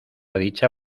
dicha